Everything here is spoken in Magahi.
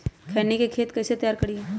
खैनी के खेत कइसे तैयार करिए?